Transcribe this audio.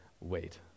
wait